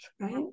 right